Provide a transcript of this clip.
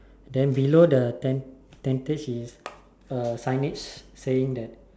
then below the ten tentage is uh signage saying that